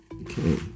Okay